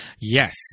Yes